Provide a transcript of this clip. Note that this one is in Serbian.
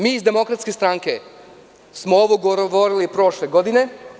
Mi iz Demokratske stranke smo ovo govorili prošle godine.